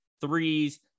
threes